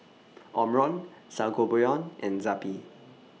Omron Sangobion and Zappy